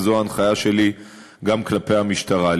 וזו ההנחיה שלי גם כלפי המשטרה.